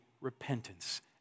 repentance